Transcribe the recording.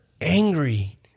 Angry